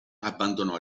abbandonò